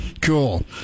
Cool